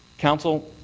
council,